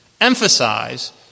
emphasize